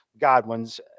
Godwin's